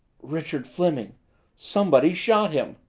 richard fleming somebody shot him!